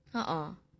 orh